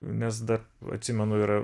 nes dar atsimenu ir